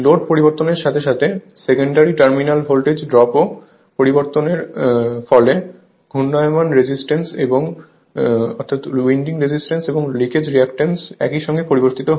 load পরিবর্তনের সাথে সাথে সেকেন্ডারি টার্মিনাল ভোল্টেজ ড্রপ ও পরিবর্তনের ফলে ঘূর্ণায়মান রেজিস্ট্যান্স এবং লিকেজ রিঅ্যাক্টেন্স একই সঙ্গে পরিবর্তিত হয়